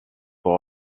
pour